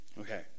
Okay